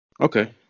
Okay